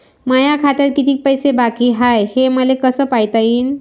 माया खात्यात कितीक पैसे बाकी हाय हे मले कस पायता येईन?